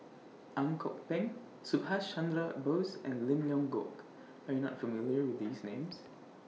Ang Kok Peng Subhas Chandra Bose and Lim Leong Geok Are YOU not familiar with These Names